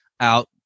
out